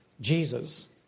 Jesus